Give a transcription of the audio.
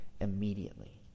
immediately